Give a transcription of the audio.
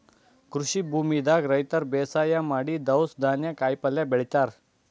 ಕೃಷಿ ಭೂಮಿದಾಗ್ ರೈತರ್ ಬೇಸಾಯ್ ಮಾಡಿ ದವ್ಸ್ ಧಾನ್ಯ ಕಾಯಿಪಲ್ಯ ಬೆಳಿತಾರ್